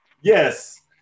Yes